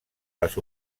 les